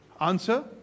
Answer